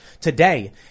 Today